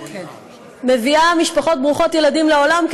מביאה משפחות ברוכות ילדים לעולם,